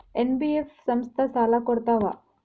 NBF ಸಂಸ್ಥಾ ಸಾಲಾ ಕೊಡ್ತಾವಾ?